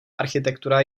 architektura